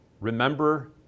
remember